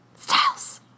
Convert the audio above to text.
Styles